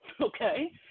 Okay